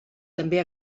també